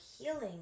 healing